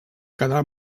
quedar